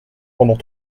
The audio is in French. pendant